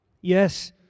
yes